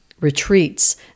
retreats